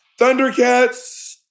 Thundercats